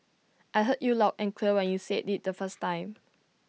I heard you loud and clear when you said IT the first time